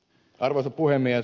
arvoisa puhemies